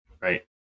Right